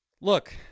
Look